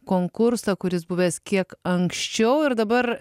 konkursą kuris buvęs kiek anksčiau ir dabar